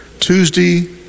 Tuesday